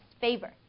Favor